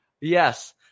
Yes